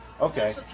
Okay